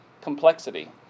complexity